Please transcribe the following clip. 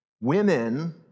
women